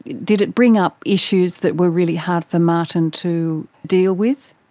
did it bring up issues that were really hard for martin to deal with?